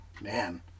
man